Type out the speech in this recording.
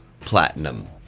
platinum